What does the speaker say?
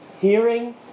hearing